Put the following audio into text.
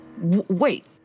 wait